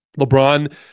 LeBron